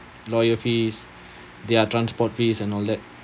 lawyer fees their transport fees and all that